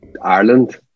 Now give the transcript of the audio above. Ireland